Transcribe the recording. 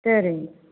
சரிங்க